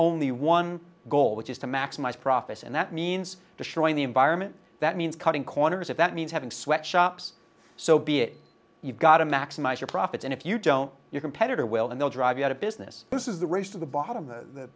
only one goal which is to maximize profits and that means to showing the environment that means cutting corners if that means having sweatshops so be it you've got to maximize your profits and if you don't your competitor will and they'll drive you out of business this is the race to the bottom